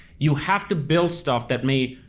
you have to build stuff that may,